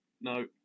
no